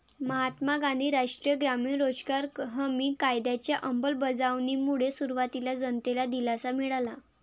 महात्मा गांधी राष्ट्रीय ग्रामीण रोजगार हमी कायद्याच्या अंमलबजावणीमुळे सुरुवातीला जनतेला दिलासा मिळाला